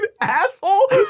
asshole